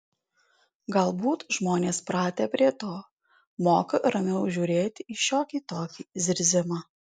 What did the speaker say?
galbūt žmonės pratę prie to moka ramiau žiūrėti į šiokį tokį zirzimą